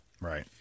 Right